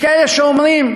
יש כאלה שאומרים: